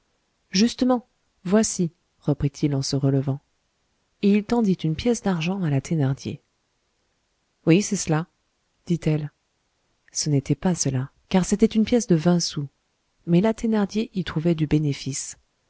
justement voici reprit-il en se relevant et il tendit une pièce d'argent à la thénardier oui c'est cela dit-elle ce n'était pas cela car c'était une pièce de vingt sous mais la thénardier y trouvait du bénéfice